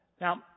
Now